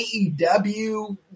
AEW